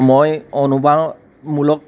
মই অনুবাদমূলক